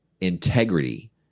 integrity